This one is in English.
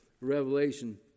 Revelation